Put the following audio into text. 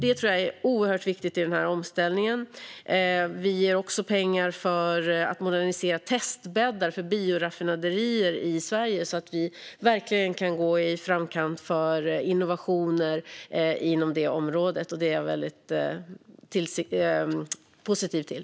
Det tror jag är oerhört viktigt i den här omställningen. Vi ger också pengar för att modernisera testbäddar för bioraffinaderier i Sverige, så att vi verkligen kan gå i framkant när det gäller innovationer på det området. Det är jag väldigt positiv till.